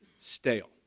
stale